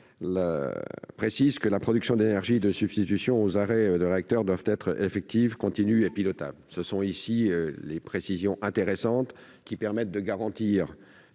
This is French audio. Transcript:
préciser que la production d'énergie de substitution à l'arrêt de réacteurs nucléaires doit être effective, continue et pilotable. Ce sont des précisions intéressantes permettant de garantir